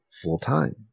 full-time